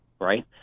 right